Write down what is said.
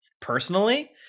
personally